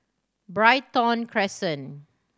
Brighton Crescent